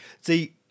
See